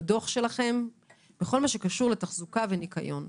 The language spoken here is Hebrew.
בדו"ח שלכם בכל מה שקשור לתחזוקה וניקיון.